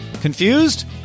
Confused